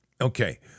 Okay